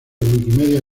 wikimedia